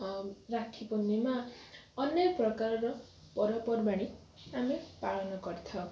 ରାକ୍ଷୀ ପୂର୍ଣ୍ଣିମା ଅନେକ ପ୍ରକାରର ପର୍ବପର୍ବାଣୀ ଆମେ ପାଳନ କରିଥାଉ